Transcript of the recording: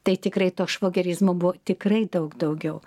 tai tikrai to švogerizmo buvo tikrai daug daugiau